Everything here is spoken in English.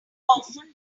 often